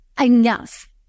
enough